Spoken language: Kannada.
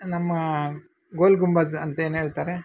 ನಮ್ಮ ಗೋಲ್ ಗುಂಬಜ್ ಅಂತ ಏನು ಹೇಳ್ತಾರೆ